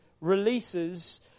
releases